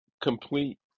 complete